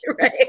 Right